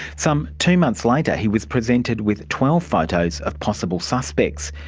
some two months later he was presented with twelve photos of possible suspects.